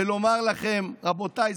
ואומר לכם: רבותיי,